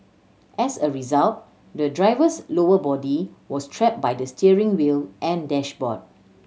as a result the driver's lower body was trapped by the steering wheel and dashboard